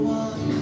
one